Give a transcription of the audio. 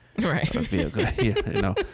Right